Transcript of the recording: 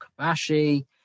Kabashi